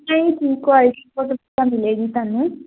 ਨਹੀਂ ਜੀ ਕੁਆਲਟੀ ਬਹੁਤ ਵਧੀਆ ਮਿਲੇਗੀ ਤੁਹਾਨੂੰ